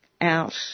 out